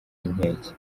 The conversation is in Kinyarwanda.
inkeke